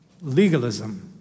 legalism